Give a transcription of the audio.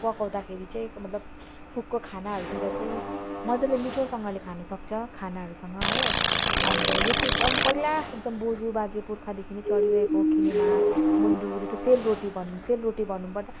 पकाउँदाखेरि चाहिँ मतलब फुको खानाहरूतिर चाहिँ मजाले मिठोसँगले खानसक्छ खानाहरूसँग हो अन्त यो चाहिँ एकदम पहिला एकदम बोजू बाजे पुर्खादेखि नै चलिरहेको किनेमा गुन्द्रुक जस्तो सेलरोटी भनौँ सेलरोटी भन्नुपर्दा